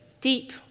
deep